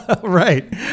right